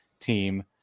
team